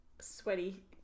Sweaty